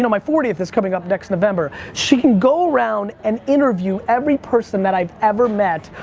my fortieth is coming up next november, she can go around and interview every person that i've ever met,